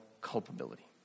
culpability